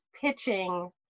pitching